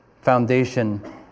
foundation